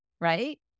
right